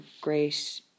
great